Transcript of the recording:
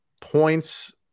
points